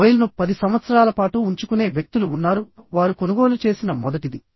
మొబైల్ను 10 సంవత్సరాల పాటు ఉంచుకునే వ్యక్తులు ఉన్నారుః వారు కొనుగోలు చేసిన మొదటిది